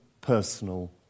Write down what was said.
personal